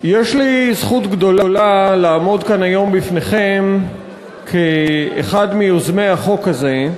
יש לי זכות גדולה לעמוד כאן היום בפניכם כאחד מיוזמי החוק הזה,